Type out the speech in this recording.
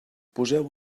poseu